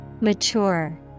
Mature